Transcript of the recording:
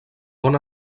bon